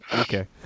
Okay